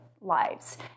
lives